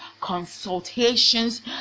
consultations